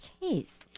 Case